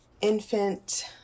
infant